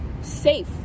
safe